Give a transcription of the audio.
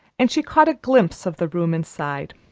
and she caught a glimpse of the room inside.